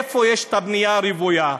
איפה יש בנייה רוויה?